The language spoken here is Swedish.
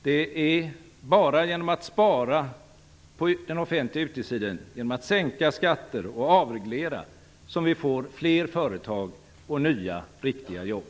Det är bara genom att spara på den offentliga utgiftssidan, sänka skatter och avreglera som vi får fler företag och nya riktiga jobb.